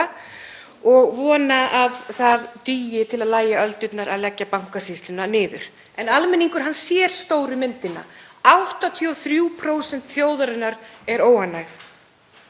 og vona að það dugi til að lægja öldurnar að leggja Bankasýsluna niður. En almenningur sér stóru myndina. 83% þjóðarinnar eru óánægð.